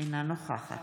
אינה נוכחת